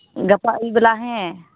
ᱜᱟᱯᱟ ᱟᱹᱭᱩᱵ ᱵᱮᱲᱟ ᱦᱮᱸ